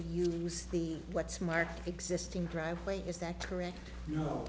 use the what's marked existing driveway is that correct no